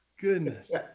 goodness